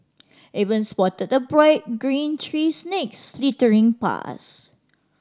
even spotted a bright green tree snake slithering past